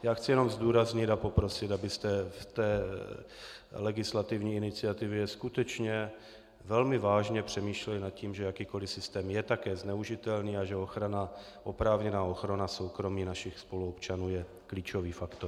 Já chci jenom zdůraznit a poprosit, abyste v té legislativní iniciativě skutečně velmi vážně přemýšleli nad tím, že jakýkoliv systém je také zneužitelný a že oprávněná ochrana soukromí našich spoluobčanů je klíčový faktor.